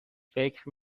فکر